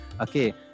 okay